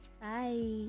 bye